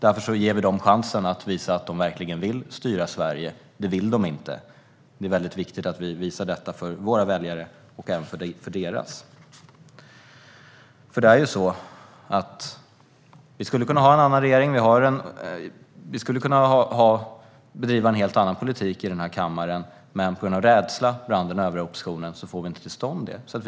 Därför ger vi dem chansen att visa att de verkligen vill styra Sverige. Det vill de dock inte, och det är väldigt viktigt att vi visar detta för våra väljare och även för deras väljare. Vi skulle kunna ha en annan regering, och vi skulle kunna bedriva en helt annan politik i den här kammaren. Men på grund av rädsla bland den övriga oppositionen får vi inte till stånd detta.